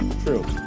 true